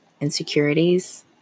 insecurities